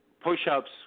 push-ups